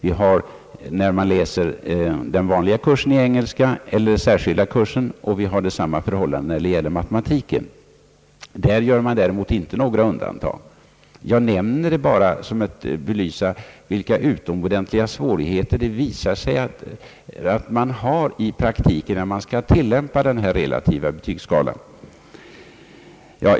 Detta är förhållandet när det gäller den vanliga kursen eller den särskilda kursen i engelska, och samma är förhållandet när det gäller matematiken, men i dessa fall har det inte skett något undantag. Jag nämner detta för att belysa vilka utomordentliga svårigheter det visar sig att det finns när man i praktiken skall tillämpa den relativa betygsskalan.